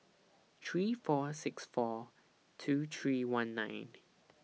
three four six four two three one nine